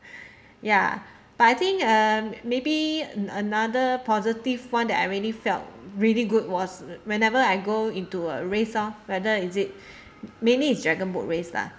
ya but I think um maybe a~ another positive one that I really felt really good was whenever I go into a race lor whether is it mainly is dragonboat race lah